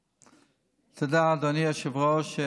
תודה, אדוני היושב-ראש.